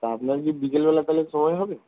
তা আপনার কি বিকেলবেলা তাহলে সময় হবে